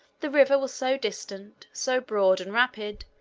the river was so distant, so broad and rapid,